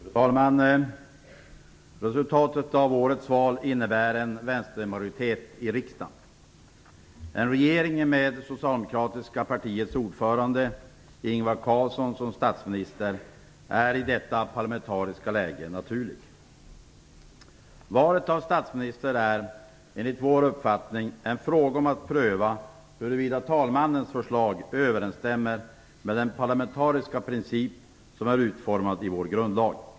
Fru talman! Resultatet av årets val innebär en vänstermajoritet i riksdagen. En regering med Carlsson som statsminister är i detta parlamentariska läge naturlig. Valet av statsminister är enligt vår uppfattning en fråga om att pröva huruvida talmannens förslag överensstämmer med den parlamentariska princip som är utformad i vår grundlag.